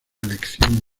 elección